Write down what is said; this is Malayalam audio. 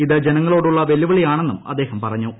ഇത് ജനങ്ങളോടുള്ള വെല്ലുവിളിയാണെന്നും അദ്ദേഹം പറഞ്ഞു